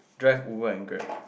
drive Uber and Grab